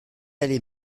allée